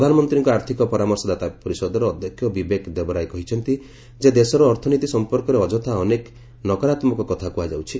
ପ୍ରଧାନମନ୍ତ୍ରୀଙ୍କ ଆର୍ଥକ ପରାମର୍ଶଦାତା ପରିଷଦର ଅଧ୍ୟକ୍ଷ ବିବେକ ଦେବରାୟ କହିଛନ୍ତି ଯେ ଦେଶର ଅର୍ଥନୀତି ସମ୍ପର୍କରେ ଅଯଥା ଅନେକ ନକରାତ୍ମକ କଥା କୁହାଯାଉଛି